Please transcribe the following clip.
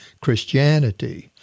Christianity